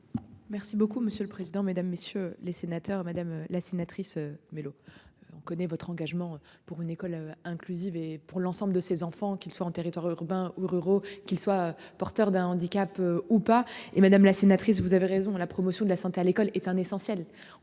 Merci beaucoup monsieur le président, Mesdames, messieurs les sénateurs, madame la sénatrice Mélo. On connaît votre engagement pour une école inclusive et pour l'ensemble de ses enfants, qu'ils soient en territoires urbains ou ruraux qu'il soit porteur d'un handicap ou pas et Madame la sénatrice. Vous avez raison, la promotion de la santé à l'école est un essentiel,